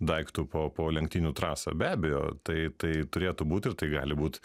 daiktu po po lenktynių trasą be abejo tai tai turėtų būt ir tai gali būt